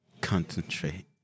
Concentrate